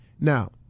Now